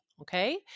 okay